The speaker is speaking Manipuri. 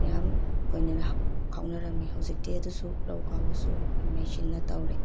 ꯃꯌꯥꯝ ꯈꯥꯎꯅꯔꯝꯃꯦ ꯍꯧꯖꯤꯛꯇꯤ ꯑꯗꯨꯁꯨ ꯂꯧ ꯈꯥꯎꯕꯁꯨ ꯃꯦꯆꯤꯟꯅ ꯇꯧꯔꯦ